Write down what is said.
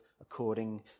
according